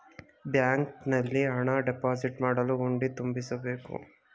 ಬ್ಯಾಂಕಿನಲ್ಲಿ ಹಣ ಡೆಪೋಸಿಟ್ ಮಾಡಲು ಹುಂಡಿ ತುಂಬಿಸಬೇಕು